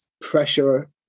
pressure